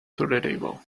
tolerable